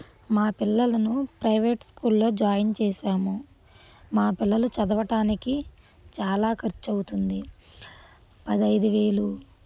మా పిల్లలను ప్రైవేట్ స్కూల్లో జాయిన్ చేసాము మా పిల్లలు చదవటానికి చాలా ఖర్చువుతుంది పదిహేను వేలు